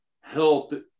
help